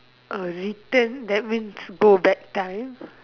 orh return that means go back time